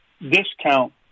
discount